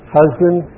husband